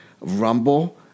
rumble